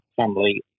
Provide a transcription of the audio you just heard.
family